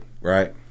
Right